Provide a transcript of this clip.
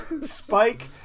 Spike